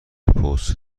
پست